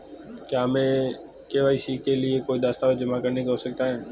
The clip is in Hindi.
क्या हमें के.वाई.सी के लिए कोई दस्तावेज़ जमा करने की आवश्यकता है?